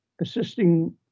assisting